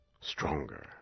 stronger